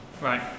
right